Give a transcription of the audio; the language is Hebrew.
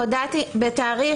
בתאריך,